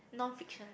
non fiction